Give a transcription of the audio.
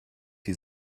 die